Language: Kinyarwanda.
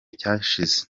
cyashize